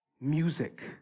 Music